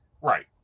right